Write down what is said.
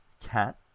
cat